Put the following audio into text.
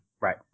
Right